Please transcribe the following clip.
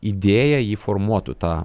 idėja ji formuotų tą